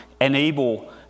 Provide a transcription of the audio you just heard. enable